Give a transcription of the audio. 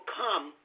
come